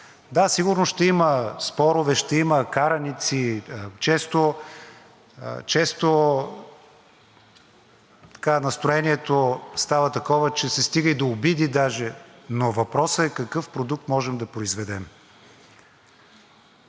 Да, сигурно ще има спорове, ще има караници, често настроението става такова, че се стига и до обиди даже, но въпросът е какъв продукт може да произведем.